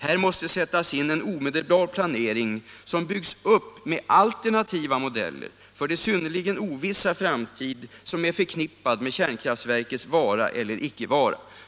Här måste sättas in en omedelbar planering, som byggs upp med alternativa modeller för den synnerligen ovissa framtid som är förknippad med kärnkraftverkets vara eller icke vara.